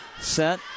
Set